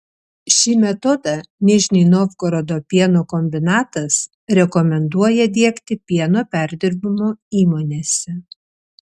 šį metodą nižnij novgorodo pieno kombinatas rekomenduoja diegti pieno perdirbimo įmonėse